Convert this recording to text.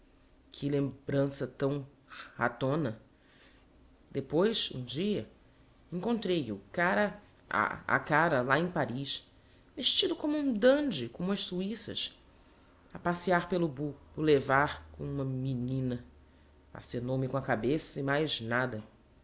que lemb rança tão ra tona depois um dia encontrei-o cara a cara lá em paris vestido como um dandy com umas suissas a passear pelo bou levard com uma menina acenou me com a cabeça e mais nada